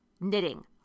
knitting